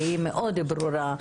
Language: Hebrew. שהיא מאוד ברורה,